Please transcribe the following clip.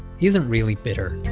he isn't really bitter.